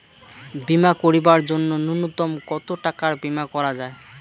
বীমা করিবার জন্য নূন্যতম কতো টাকার বীমা করা যায়?